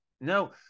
no